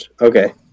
Okay